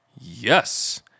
Yes